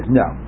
no